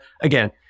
again